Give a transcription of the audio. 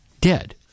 Dead